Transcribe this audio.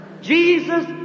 Jesus